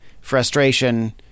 frustration